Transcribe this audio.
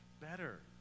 better